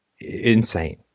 insane